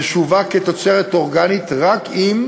תשווק כתוצרת אורגנית רק אם